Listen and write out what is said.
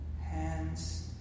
hands